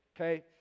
okay